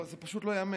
לא, זה פשוט לא ייאמן.